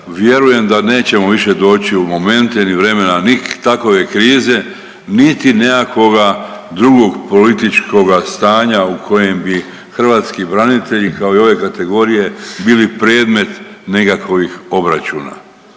vjerujem da nećemo više doći u momente ili vremena ni takove krize niti nekakvoga drugog političkoga stanja u kojem bi hrvatski branitelji, kao i ove kategorije bili predmet nekakovih obračuna.